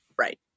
Right